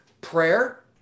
prayer